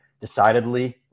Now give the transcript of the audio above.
decidedly